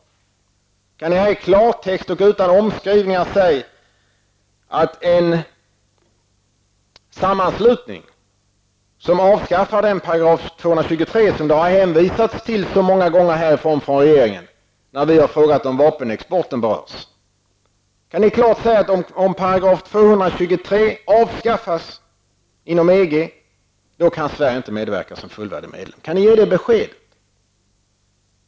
Och kan ni här i klartext och utan omskrivningar säga att Sverige, om § 223 inom EG avskaffas, som det har hänvisats till så många gånger från regeringens sida då vi har frågat om vapenexporten berörs, inte kan medverka som fullvärdig medlem? Kan ni alltså ge dessa besked?